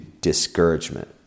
discouragement